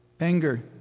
anger